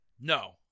No